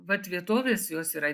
vat vietovės jos yra